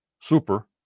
Super